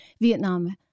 Vietnam